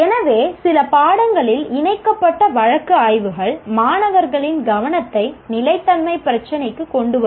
எனவே சில பாடங்களில் இணைக்கப்பட்ட வழக்கு ஆய்வுகள் மாணவர்களின் கவனத்தை நிலைத்தன்மை பிரச்சினைக்கு கொண்டு வரும்